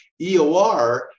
EOR